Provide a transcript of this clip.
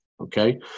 okay